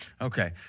Okay